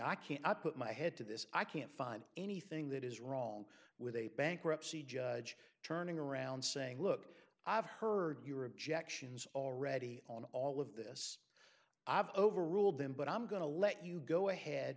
i can't i put my head to this i can't find anything that is wrong with a bankruptcy judge turning around saying look i've heard your objections already on all of this i've overruled them but i'm going to let you go ahead